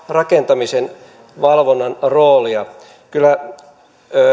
rakentamisen valvonnan roolia kyllä